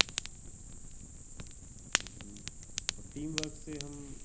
teamwork से हम